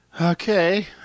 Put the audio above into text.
Okay